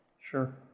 Sure